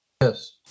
Yes